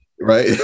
right